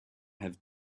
have